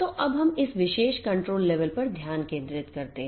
तो अब हम इस विशेष नियंत्रण स्तर पर ध्यान केंद्रित करते हैं